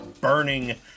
burning